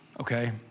okay